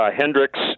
Hendricks